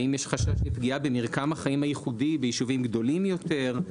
האם יש חשש לפגיעה במרקם החיים הייחודי ביישובים גדולים יותר?